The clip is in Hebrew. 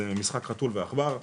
זה משחק חתול ועכבר.